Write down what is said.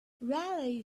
raleigh